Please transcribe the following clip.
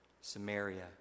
Samaria